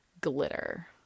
glitter